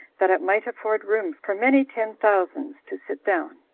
that it might afford room for many ten thousands to sit down.